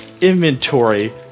inventory